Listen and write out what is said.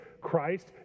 Christ